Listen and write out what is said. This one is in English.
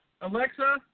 Alexa